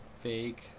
fake